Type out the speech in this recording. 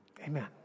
Amen